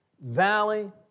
valley